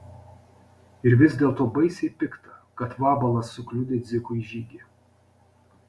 ir vis dėlto baisiai pikta kad vabalas sukliudė dzikui žygį